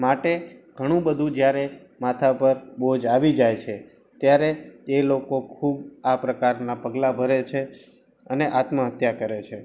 માટે ઘણું બધું જયારે માથા પર બોજ આવી જાય છે ત્યારે એ લોકો ખૂબ આ પ્રકારનાં પગલાં ભરે છે અને આત્મહત્યા કરે છે